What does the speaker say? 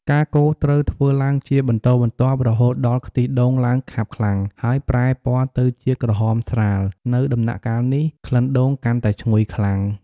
ការកូរត្រូវធ្វើឡើងជាបន្តបន្ទាប់រហូតដល់ខ្ទិះដូងឡើងខាប់ខ្លាំង ហើយប្រែពណ៌ទៅជាក្រហមស្រាល នៅដំណាក់កាលនេះ ក្លិនដូងកាន់តែឈ្ងុយខ្លាំង។